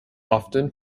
often